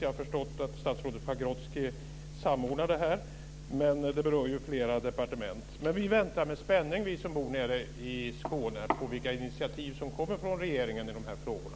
Jag har förstått att statsrådet Pagrotsky samordnar detta, men det berör ju flera departement. Vi som bor nere i Skåne väntar med spänning på vilka initiativ som kommer från regeringen i de här frågorna.